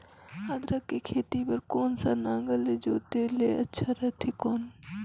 अदरक के खेती बार कोन सा नागर ले जोते ले अच्छा रथे कौन?